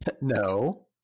no